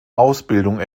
ausbildung